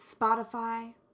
Spotify